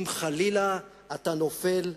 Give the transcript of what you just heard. אם חלילה אתה נופל,